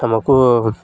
ଆମକୁ